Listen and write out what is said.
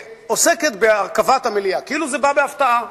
עוסקת בהרכבת המליאה, כאילו זה בא בהפתעה.